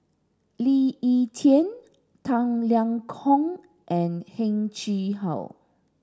Lee Ek Tieng Tang Liang Hong and Heng Chee How